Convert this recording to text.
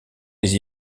les